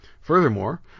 Furthermore